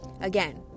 Again